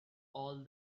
all